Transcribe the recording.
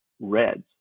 reds